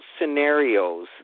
scenarios